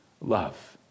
love